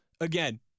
again